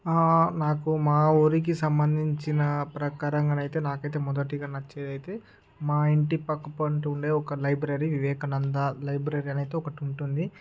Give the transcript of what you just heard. నాకు మా ఊరికి సంబంధించిన ప్రకారంగానైతే నాకైతే మొదటిగా నచ్చేదైతే మా ఇంటికి పక్కమ్మట ఉండే ఒక లైబ్రరీ వివేకానంద లైబ్రరీ అనైతే ఒకటి ఉంటుంది